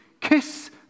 kiss